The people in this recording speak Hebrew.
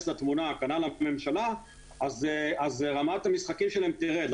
לתמונה וכנ"ל הממשלה אז רמת המשחקים שלהם תרד.